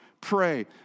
Pray